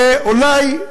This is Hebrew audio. ואולי,